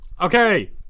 Okay